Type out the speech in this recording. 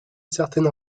certaine